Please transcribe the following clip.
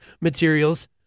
materials